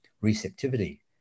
receptivity